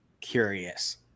curious